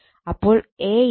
അപ്പോൾ A ∅m Bmax